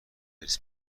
حرص